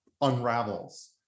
unravels